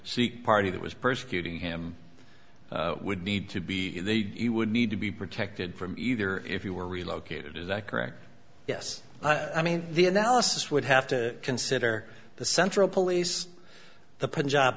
sikh party that was persecuting him would need to be he would need to be protected from either if you were relocated is that correct yes i mean the analysis would have to consider the central police the pun